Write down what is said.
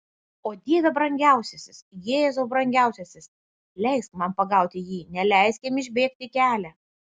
o dieve brangiausiasis jėzau brangiausiasis leisk man pagauti jį neleisk jam išbėgti į kelią